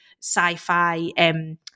sci-fi